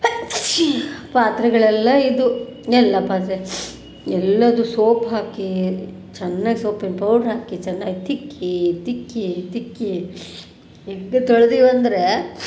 ಪಾತ್ರೆಗಳೆಲ್ಲ ಇದ್ದವು ಎಲ್ಲ ಪಾತ್ರೆ ಎಲ್ಲದೂ ಸೋಪ್ ಹಾಕಿ ಚೆನ್ನಾಗಿ ಸೋಪಿನ ಪೌಡ್ರ್ ಹಾಕಿ ಚೆನ್ನಾಗಿ ತಿಕ್ಕಿ ತಿಕ್ಕಿ ತಿಕ್ಕಿ ಹೆಂಗೆ ತೊಳ್ದೇವಂದ್ರೆ